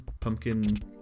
Pumpkin